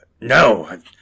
No